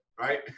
right